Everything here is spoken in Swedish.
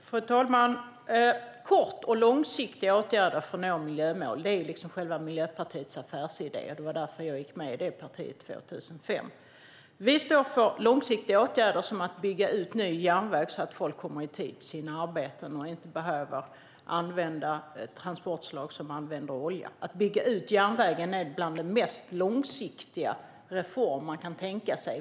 Fru talman! Kortsiktiga och långsiktiga åtgärder för att nå miljömål är själva Miljöpartiets affärsidé. Det var därför som jag gick med i det partiet 2005. Vi står för långsiktiga åtgärder som att bygga ut ny järnväg, så att folk kommer i tid till sina arbeten och inte behöver använda transportslag som använder olja. Att bygga ut järnvägen är en av de mest långsiktiga reformer som man kan tänka sig.